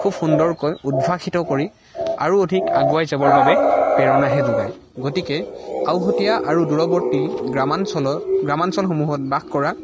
খুব সুন্দৰকৈ উদ্ভাষিত কৰি আৰু অধিক আগুৱাই যাবৰ বাবে প্ৰেৰণাহে যোগায় গতিকে আওহতীয়া আৰু দূৰৱৰ্তী গ্ৰাম্যাঞ্চলত গ্ৰাম্যাঞ্চলসমূহত বাস কৰা